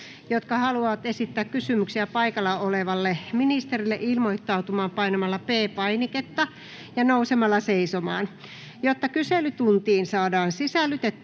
jotka haluavat esittää kysymyksiä paikalla olevalle ministerille, ilmoittautumaan painamalla P-painiketta ja nousemalla seisomaan. Jotta kyselytuntiin saadaan sisällytettyä